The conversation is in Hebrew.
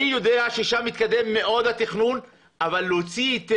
אני יודע ששם התכנון התקדם מאוד אבל עד